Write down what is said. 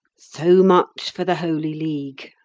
so much for the holy league,